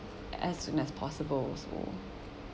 as soon as possible so